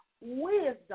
wisdom